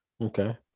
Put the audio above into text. Okay